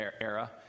era